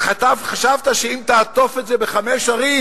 אז חשבת שאם תעטוף את זה בחמש ערים,